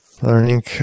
learning